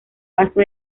paso